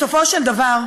בסופו של דבר,